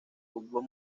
fútbol